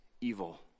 evil